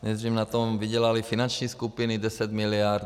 Nejdřív na tom vydělaly finanční skupiny deset miliard.